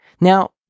Now